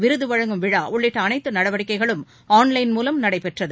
விருது வழங்கும் விழா உள்ளிட்ட அனைத்து நடவடிக்கைகளும் ஆள்லைன் மூலம் நடைபெற்றது